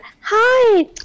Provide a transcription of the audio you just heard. Hi